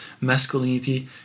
masculinity